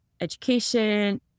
education